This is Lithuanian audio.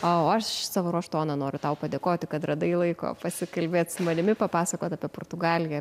o aš savo ruožtu noriu tau padėkoti kad radai laiko pasikalbėt su manimi papasakot apie portugaliją